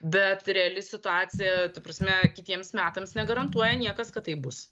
bet reali situacija ta prasme kitiems metams negarantuoja niekas kad taip bus